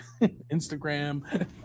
instagram